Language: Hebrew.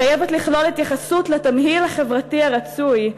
חייבת לכלול התייחסות לתמהיל החברתי הרצוי,